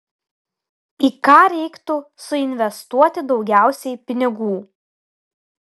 į ką reiktų suinvestuoti daugiausiai pinigų